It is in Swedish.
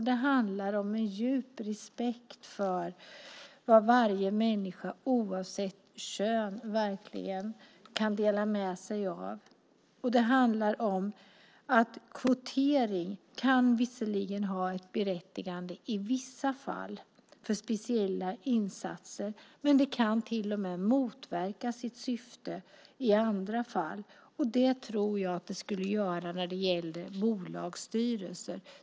Det handlar om en djup respekt för vad varje människa oavsett kön verkligen kan dela med sig av. Kvotering kan visserligen ha ett berättigande i vissa fall för speciella insatser. Men det kan till och med motverka sitt syfte i andra fall. Det tror jag att det skulle göra när det gäller bolagsstyrelser.